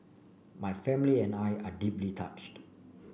my family and I are deeply touched